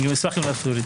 אני אשמח אם לא יפריעו לי.